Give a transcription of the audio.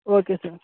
okay sir